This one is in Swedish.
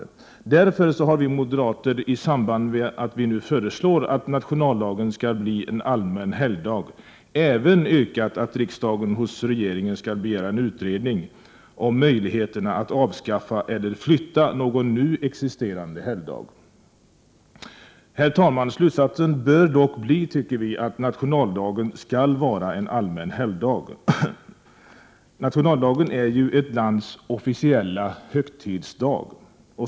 Vi moderater har därför i samband med att vi nu föreslår att nationaldagen skall bli en allmän helgdag även yrkat att riksdagen skall hos regeringen begära en utredning om möjligheterna att avskaffa eller flytta någon nu existerande helgdag. Slutsatsen bör dock bli, herr talman, att nationaldagen skall vara en allmän helgdag. Nationaldagen är ju ett lands officiella högtidsdag.